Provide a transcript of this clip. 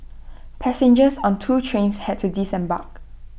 passengers on two trains had to disembark